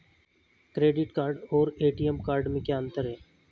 Credit card और ATM card में क्या अंतर है?